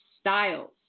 styles